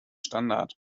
standard